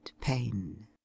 PAIN